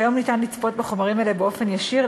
כיום ניתן לצפות בחומרים האלה באופן ישיר,